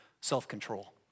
self-control